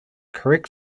correct